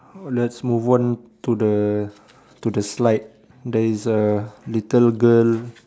let's move on to the to the slide there is a little girl